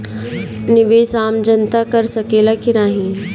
निवेस आम जनता कर सकेला की नाहीं?